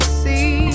see